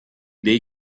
dei